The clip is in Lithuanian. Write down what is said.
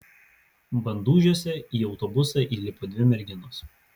bandužiuose į autobusą įlipo dvi merginos